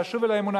לשוב אל האמונה.